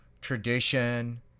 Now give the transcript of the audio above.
tradition